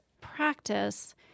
practice